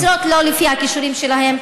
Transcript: משרות שלא לפי הכישורים שלהן.